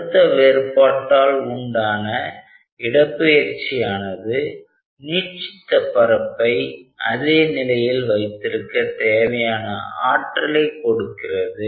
அழுத்த வேறுபாட்டால் உண்டான இடப்பெயர்ச்சி ஆனது நீட்சித்த பரப்பை அதே நிலையில் வைத்திருக்க தேவையான ஆற்றலை கொடுக்கிறது